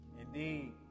indeed